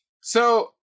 So-